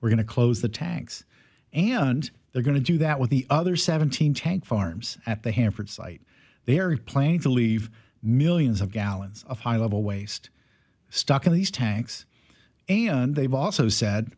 we're going to close the tanks and they're going to do that with the other seventeen tank farms at the hanford site they are planning to leave millions of gallons of high level waste stuck in these tanks and they've also said